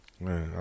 Man